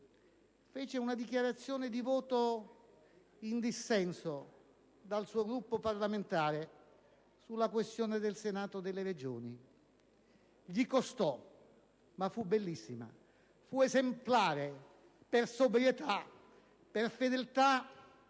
fece una dichiarazione di voto in dissenso dal suo Gruppo parlamentare sulla questione del Senato delle Regioni. Gli costò, ma fu bellissima: fu esemplare per sobrietà e per fedeltà